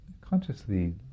consciously